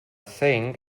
think